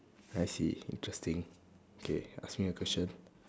I see interesting okay ask me a question